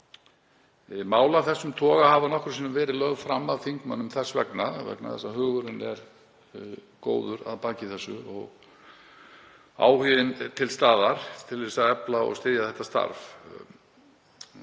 Mál af þessum toga hafa nokkrum sinnum verið lögð fram af þingmönnum vegna þess að hugurinn er góður að baki því og áhuginn er til staðar til að efla og styðja þetta starf.